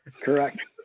Correct